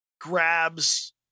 grabs